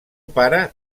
pare